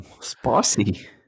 Spicy